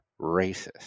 racist